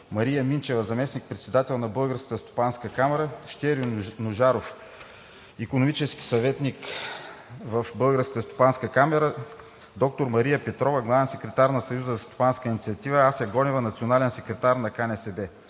Мария Минчева, заместник-председател на Българска стопанска камара; Щерьо Ножаров, икономически съветник в Българска стопанска камара; доктор Мария Петрова, главен секретар на Съюза за стопанска инициатива; Асия Гонева, национален секретар на КНСБ.